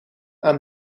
aan